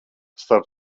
starp